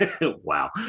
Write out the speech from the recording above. wow